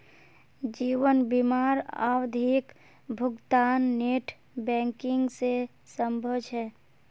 जीवन बीमार आवधिक भुग्तान नेट बैंकिंग से संभव छे?